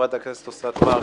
חברת הכנסת אוסנת מארק,